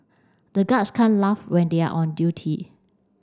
the guards can't laugh when they are on duty